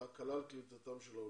להקלה על קליטתם של העולים.